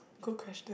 good question